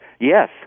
yes